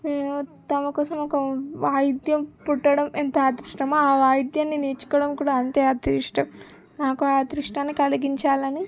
తమకోసం ఒక వాయిద్యం పుట్టడం ఎంత అదృష్టమో ఆ వాయిద్యాన్ని నేర్చుకోవడం కూడా అంతే అదృష్టం నాకు ఆ అదృష్టాన్ని కలిగించాలని